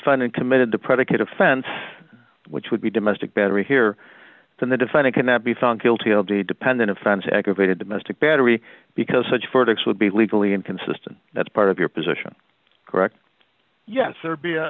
defendant committed the predicate offense which would be domestic battery here than the define it cannot be found guilty will be dependent offense aggravated domestic battery because such verdicts would be legally inconsistent that's part of your position correct yes